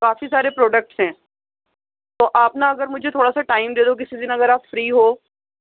کافی سارے پروڈکٹس ہیں تو آپ نا اگر مجھے تھوڑا سا ٹائم دے دو کسی دِن اگر آپ فری ہو